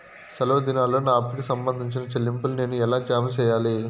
సెలవు దినాల్లో నా అప్పుకి సంబంధించిన చెల్లింపులు నేను ఎలా జామ సెయ్యాలి?